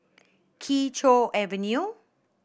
Kee Choe Avenue